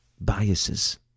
biases